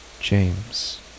James